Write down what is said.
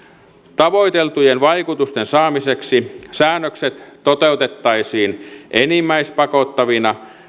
tavoiteltujen vaikutusten saamiseksi säännökset toteutettaisiin enimmäispakottavina